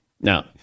Now